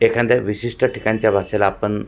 एखाद्या विशिष्ट ठिकाणच्या भाषेला आपण